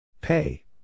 Pay